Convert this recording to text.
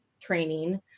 training